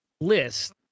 list